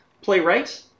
playwright